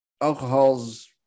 alcohol's